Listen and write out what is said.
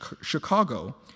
Chicago